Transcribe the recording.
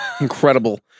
Incredible